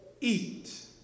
eat